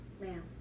ma'am